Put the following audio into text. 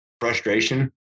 frustration